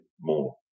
more